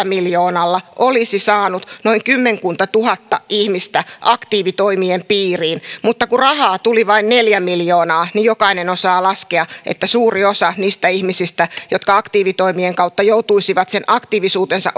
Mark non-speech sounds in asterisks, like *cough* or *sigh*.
*unintelligible* miljoonalla olisi saanut kymmenkuntatuhatta ihmistä aktiivitoimien piiriin mutta kun rahaa tuli vain neljä miljoonaa niin jokainen osaa laskea että suuri osa niistä ihmisistä jotka aktiivitoimien kautta joutuisivat sen aktiivisuutensa *unintelligible*